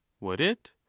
would it?